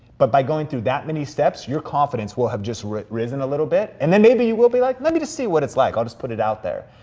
but by going through that many steps, your confidence will have just risen a little bit. and then maybe you will be like, let me just see what it's like, i'll just put it out there.